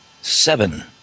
seven